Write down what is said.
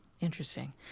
Interesting